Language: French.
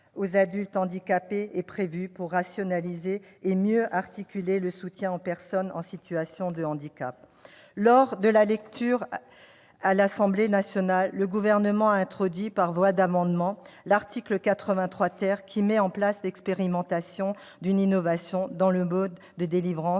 aux adultes handicapés est prévue pour rationaliser et mieux articuler le soutien aux personnes en situation de handicap. Lors de la lecture à l'Assemblée nationale, le Gouvernement a introduit par voie d'amendement l'article 83 ,qui met en place l'expérimentation d'une innovation dans le mode de délivrance